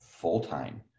full-time